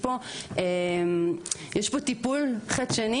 יש פה טיפול חדשני